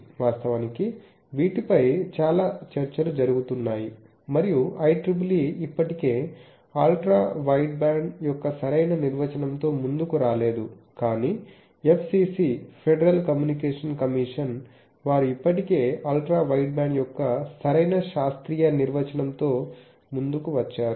వాస్తవానికి వీటిపై చాలా చర్చలు జరుగుతున్నాయి మరియు IEEE ఇప్పటికీ అల్ట్రా వైడ్ బ్యాండ్ యొక్క సరైన నిర్వచనంతో ముందుకు రాలేదు కాని FCC ఫెడరల్ కమ్యూనికేషన్ కమీషన్ వారు ఇప్పటికే అల్ట్రా వైడ్ బ్యాండ్ యొక్క సరైన శాస్త్రీయ నిర్వచనంతో ముందుకు వచ్చారు